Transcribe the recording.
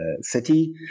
city